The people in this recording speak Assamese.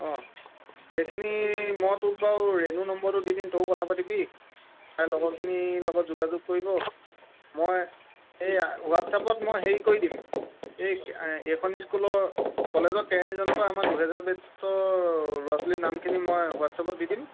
অঁ সেইখিনি মই তোক বাৰু ৰেণু নম্বৰটো দি দিম তোও কথা পাতিবি তাই লগৰখিনি লগত যোগাযোগ কৰিব মই এই হোৱাটছ এপত মই হেৰি কৰি দিম এই এইখন স্কুলৰ কলেজৰ কেৰানীজনৰ পৰা আমাৰ দুহেজাৰ বেচটোৰ ল'ৰা ছোৱালীৰ নামখিনি মই হোৱাটছ আপত দি দিম